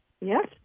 Yes